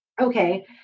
okay